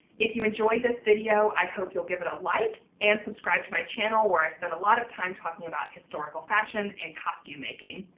if you enjoyed this video i hope you'll give it a like and subscribe to my channel where i spend a lot of time talking about historical fashion and costume making.